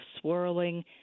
swirling